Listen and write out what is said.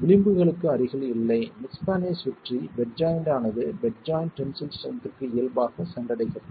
விளிம்புகளுக்கு அருகில் இல்லை mid span ஐச் சுற்றி பெட் ஜாய்ண்ட் ஆனது பெட் ஜாய்ண்ட் டென்சில் ஸ்ட்ரென்த்க்கு இயல்பாக சென்றடைகிறது